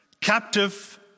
captive